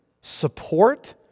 support